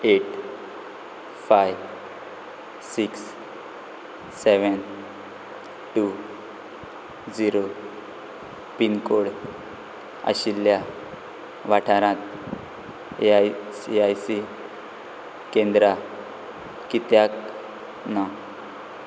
eight five six seven two zero pincode आशिल्ल्या वाठारांत A I C I C केंद्रां कित्याक ना